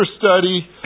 study